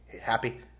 Happy